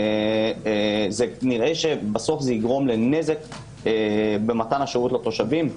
נראה שבסוף יגרום לנזק במתן השירות לתושבים.